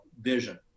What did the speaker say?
vision